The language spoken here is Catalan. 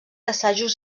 assajos